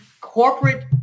corporate